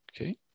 Okay